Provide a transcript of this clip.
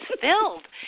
filled